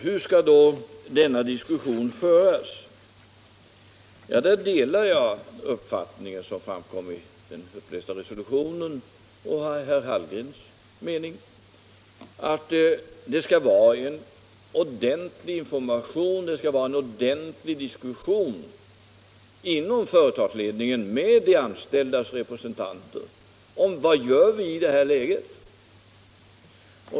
Hur skall då denna diskussion föras? Där delar jag den uppfattning som framkom i den upplästa resolutionen och herr Hallgrens mening att det skall vara en ordentlig information. Det skall vara en ordentlig diskussion inom företagsledningen med de anställdas representanter om vad man gör i det aktuella läget.